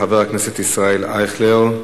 חבר הכנסת ישראל אייכלר,